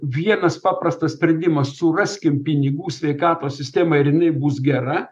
vienas paprastas sprendimas suraskim pinigų sveikatos sistemai ir jinai bus gera